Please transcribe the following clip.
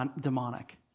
demonic